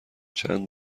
چند